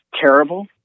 terrible